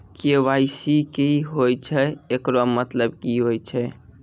KYC की होय छै, एकरो मतलब की होय छै?